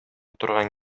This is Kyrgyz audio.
турган